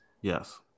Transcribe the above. Yes